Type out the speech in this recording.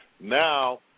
now